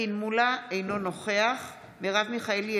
אינו נוכח מרב מיכאלי,